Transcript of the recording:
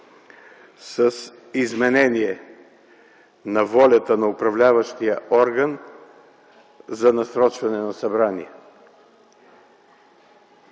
с изменение на волята на управляващия орган за насрочване на събрания.